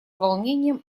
волнением